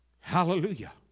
hallelujah